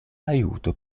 aiuto